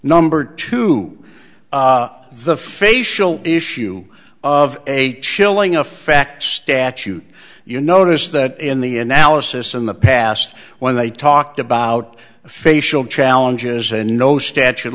number two the facial issue of a chilling effect statute you notice that in the analysis in the past when they talked about facial challenges and no statute of